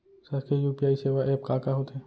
शासकीय यू.पी.आई सेवा एप का का होथे?